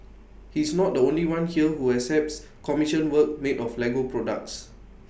he is not the only one here who accepts commissioned work made of Lego products